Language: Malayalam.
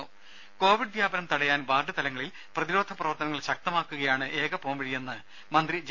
ദേദ കോവിഡ് വ്യാപനം തടയാൻ വാർഡ് തലങ്ങളിൽ പ്രതിരോധ പ്രവർത്തനങ്ങൾ ശക്തമാക്കുകയാണ് ഏക പോംവഴിയെന്നു മന്ത്രി ജെ